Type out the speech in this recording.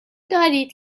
دارید